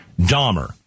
Dahmer